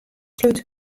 slút